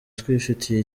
twifitiye